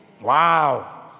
Wow